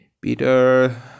Peter